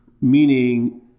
Meaning